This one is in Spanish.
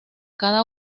cada